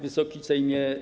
Wysoki Sejmie!